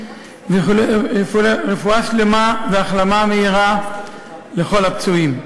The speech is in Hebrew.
ואיחולי רפואה שלמה והחלמה מהירה לכל הפצועים.